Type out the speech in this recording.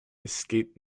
escaped